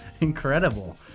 Incredible